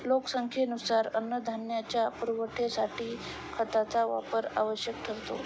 लोकसंख्येनुसार अन्नधान्याच्या पुरवठ्यासाठी खतांचा वापर आवश्यक ठरतो